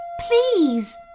please